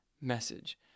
message